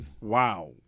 Wow